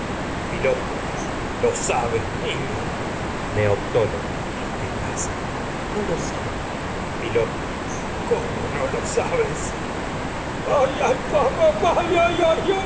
es sabes niño ló neoptólemo qué te pasa no lo sé no fíloctetes cómo lo sabes